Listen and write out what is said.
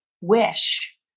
wish